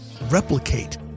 replicate